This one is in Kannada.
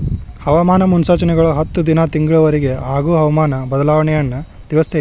ಹವಾಮಾನ ಮುನ್ಸೂಚನೆಗಳು ಹತ್ತು ದಿನಾ ತಿಂಗಳ ವರಿಗೆ ಆಗುವ ಹವಾಮಾನ ಬದಲಾವಣೆಯನ್ನಾ ತಿಳ್ಸಿತೈತಿ